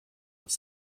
was